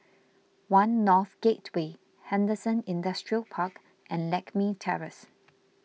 one North Gateway Henderson Industrial Park and Lakme Terrace